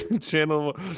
Channel